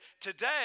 today